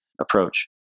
approach